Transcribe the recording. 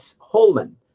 Holman